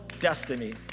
destiny